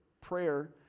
prayer